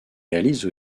réalise